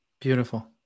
beautiful